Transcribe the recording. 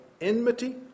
enmity